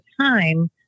time